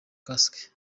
kasike